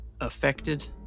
affected